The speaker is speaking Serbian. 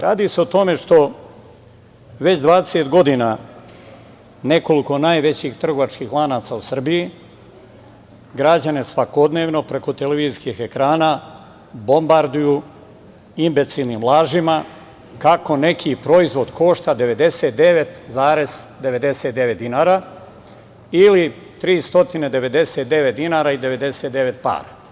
Radi se o tome što već dvadeset godina nekoliko najvećih trgovačkih lanaca u Srbiji građane svakodnevno preko televizijskih ekrana bombarduju imbecilnim lažima kako neki proizvod košta 99,99 dinara ili 399 dinara i 99 para.